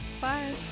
bye